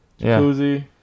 Jacuzzi